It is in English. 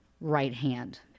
right-hand